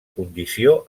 condició